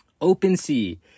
OpenSea